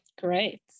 Great